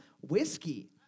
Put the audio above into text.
Whiskey